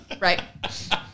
Right